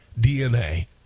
DNA